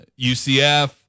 UCF